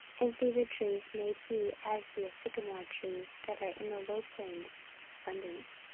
and cedar trees made he as the sycomore trees that are in the low plains in abundance.